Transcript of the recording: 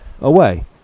away